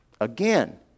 Again